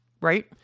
right